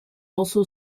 also